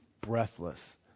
breathless